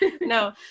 No